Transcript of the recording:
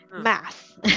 math